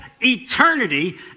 eternity